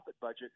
budget